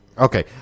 Okay